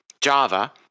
Java